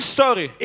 Story